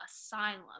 asylum